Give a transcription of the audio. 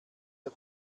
ihr